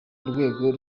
urwego